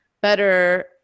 better